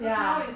ya